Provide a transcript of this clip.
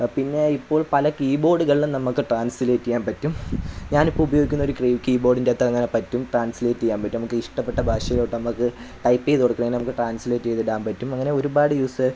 ആ പിന്നെ ഇപ്പോൾ പല കീബോർഡുകളിലും നമ്മള്ക്ക് ട്രാൻസ്ലേറ്റ് ചെയ്യാൻ പറ്റും ഞാനിപ്പോള് ഉപയോഗിക്കുന്നൊരു കീബോർഡിന്റെ അകത്തങ്ങനെ പറ്റും ട്രാൻസ്ലേറ്റ് ചെയ്യാൻ പറ്റും നമ്മള്ക്കിഷ്ടപ്പെട്ട ഭാഷയിലോട്ടു നമുക്ക് ടൈപ്പ് ചെയ്ത് കൊടുക്കുന്നതിന് നമ്മള്ക്ക് ട്രാൻസ്ലേറ്റ് ചെയ്തിടാൻ പറ്റും അങ്ങനെ ഒരുപാട് യൂസ്